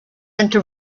into